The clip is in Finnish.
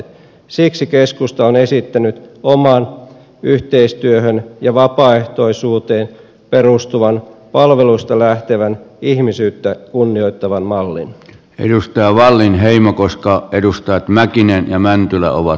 siksi keskusta on esittänyt oman yhteistyöhön ja vapaaehtoisuuteen perustuvan palveluista lähtevän ihmisyyttä kunnioittavan mallin edustaja wallinheimo koska edustajat mäkinen ja mäntylä ovat